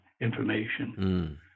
information